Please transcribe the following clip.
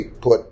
put